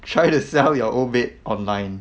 try to sell your old bed online